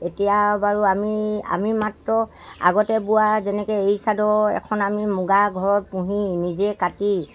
এতিয়া বাৰু আমি আমি মাত্ৰ আগতে বোৱা যেনেকৈ এই চাদৰ এখন আমি মুগা ঘৰত পুহি নিজে কাটি